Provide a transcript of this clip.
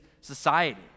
society